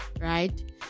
right